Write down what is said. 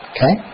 Okay